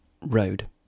Road